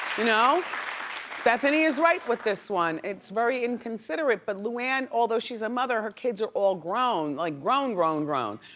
you know bethenny is right with this one. it's very inconsiderate but luann although she's a mother, her kids are all grown, like grown grown grown.